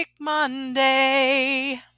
Monday